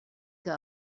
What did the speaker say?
que